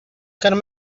can